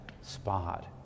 spot